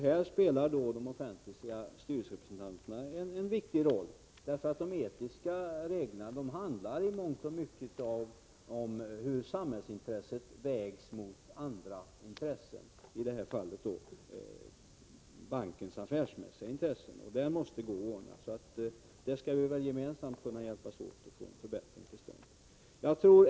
Här spelar de offentliga styrelserepresentaterna en viktig roll, för de etiska reglerna handlar i mångt och mycket just om hur samhällsintressen vägs mot andra intressen, i det här fallet bankernas affärsmässiga intressen. Det måste ju gå att ordna. Där skall vi gemensamt kunna hjälpas åt och få en förbättring till stånd.